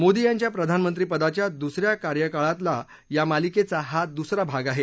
मोदी यांच्या प्रधानमंत्रीपदाच्या दुसऱ्या कार्यकाळातला या मालिकेचा हा दुसरा भाग आहे